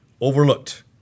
overlooked